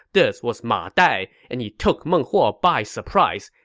this was ma dai, and he took meng huo by surprise,